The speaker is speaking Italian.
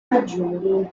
maggiori